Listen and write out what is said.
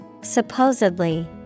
Supposedly